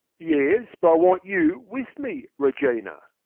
yes, but i want you with me, regina.